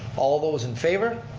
all those in favor.